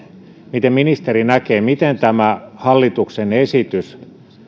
miten ministeri näkee missä asennossa tämä hallituksen esitys